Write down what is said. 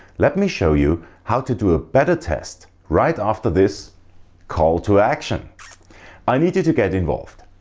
let me show you how to do a better test right after this call to action i need you to get involved.